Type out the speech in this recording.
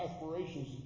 aspirations